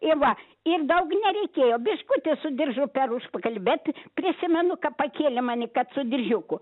i va ir daug nereikėjo biškutį su diržu per užpakalį bet prisimenu kap pakėlė mani kad su diržiuku